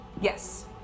Yes